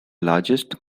largest